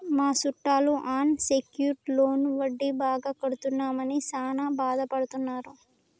మా సుట్టాలు unsecured loan వడ్డీ బాగా కడుతున్నామని సాన బాదపడుతున్నారు